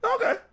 Okay